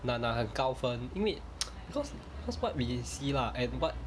拿拿很高分因为 because cause what we see lah and what